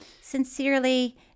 Sincerely